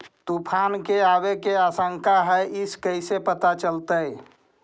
तुफान के आबे के आशंका है इस कैसे पता चलतै?